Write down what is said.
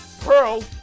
Pearl